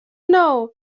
know